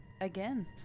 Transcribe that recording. again